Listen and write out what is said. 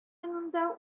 янында